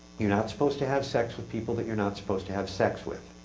you're not supposed to have sex with people that you're not supposed to have sex with.